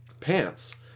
pants